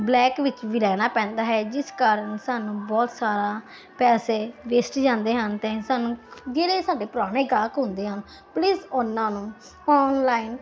black ਵਿੱਚ ਵੀ ਲੈਣਾ ਪੈਂਦਾ ਹੈ ਜਿਸ ਕਾਰਨ ਸਾਨੂੰ ਬਹੁਤ ਸਾਰੇ ਪੈਸੇ ਵੇਸਟ ਜਾਂਦੇ ਹਨ ਅਤੇ ਸਾਨੂੰ ਜਿਹੜੇ ਸਾਡੇ ਪੁਰਾਣੇ ਗਾਹਕ ਹੁੰਦੇ ਆ ਪਲੀਜ ਉਹਨਾਂ ਨੂੰ ਆਨਲਾਈਨ